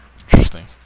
Interesting